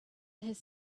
his